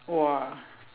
!wah!